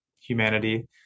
humanity